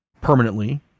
permanently